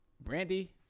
Brandy